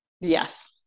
Yes